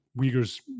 Uyghurs